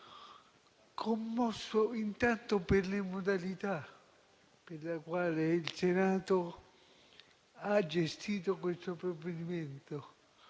Ciò intanto per le modalità con le quali il Senato ha gestito questo provvedimento: